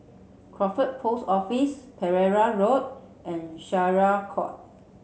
Crawford Post Office Pereira Road and Syariah Court